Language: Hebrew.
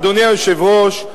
אדוני היושב-ראש,